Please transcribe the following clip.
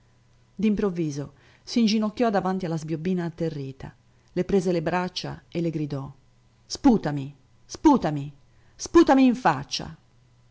uomini d'improvviso s'inginocchiò davanti alla sbiobbina atterrita le prese le braccia e le gridò sputami sputami sputami in faccia